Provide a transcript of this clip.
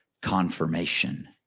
confirmation